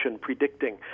predicting